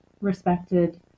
respected